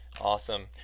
awesome